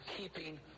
keeping